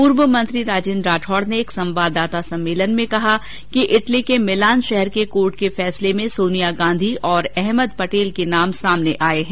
पूर्व मंत्री राजेंद्र राठौड ने आज एक संवाददाता सम्मेलन में कहा कि इटली के मिलान शहर के कोर्ट के फैसले में सोनिया गाँधी और अहमद पटेल के नाम सामने आये है